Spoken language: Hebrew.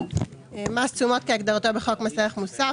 "מס תשומות" כהגדרתו בחוק מס ערך מוסף,